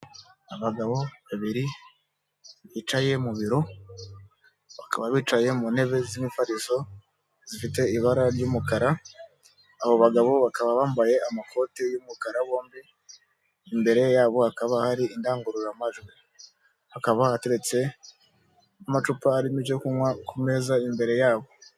Abagabo babiri bicaye mu biro bakaba bicaye mu ntebe z'imfatizo zifite ibara ry'umukara, abo bagabo bakaba bambaye amakoti y'umukara bombi, imbere yabo hakaba hari indangururamajwi, hakaba hateretse amacupa arimo ibyo kunywa ku meza imbere yabo.